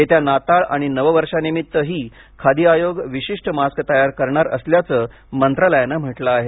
येत्या नाताळ आणि नव वर्षा निमित्त ही खादी आयोग विशिष्ट मास्क तयार करणार असल्याचं मंत्रालयानं म्हटलं आहे